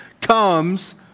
comes